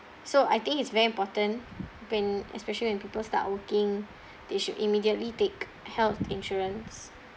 so I think is very important when especially when people start working they should immediately take health insurance